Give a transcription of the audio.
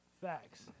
Facts